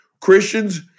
Christians